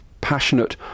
passionate